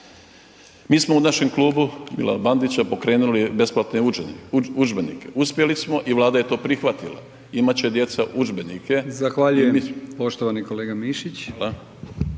Mi smo u našem Klubu Milana Bandića, pokrenuli besplatne udžbenike, uspjeli smo i vlada je to prihvatila, imati će djeca udžbenike.